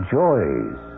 joys